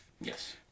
Yes